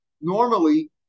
normally